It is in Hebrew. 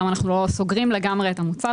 למה אנחנו לא סוגרים לגמרי את המוצר.